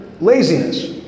laziness